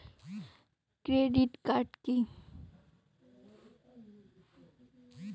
Credit card key?